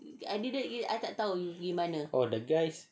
oh the guys